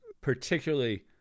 Particularly